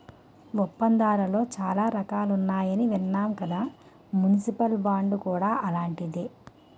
ఒప్పందాలలో చాలా రకాలున్నాయని విన్నాం కదా మున్సిపల్ బాండ్ కూడా అలాంటిదే